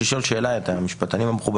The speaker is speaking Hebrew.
אני רוצה לשאול שאלה את המשפטנים המכובדים.